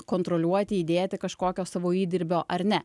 kontroliuoti įdėti kažkokio savo įdirbio ar ne